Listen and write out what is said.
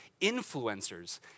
influencers